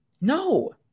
No